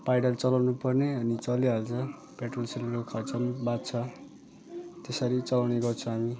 pedal चलाउनु पर्ने अनि चलिहाल्छ पेट्रोलसेट्रोलको खर्च पनि बाँच्छ त्यसरी चलाउने गर्छौँ हामी